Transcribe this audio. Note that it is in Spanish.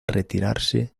retirarse